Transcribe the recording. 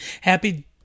happy